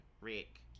Rick